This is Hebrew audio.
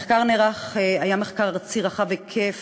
המחקר נערך, מחקר ארצי, רחב היקף,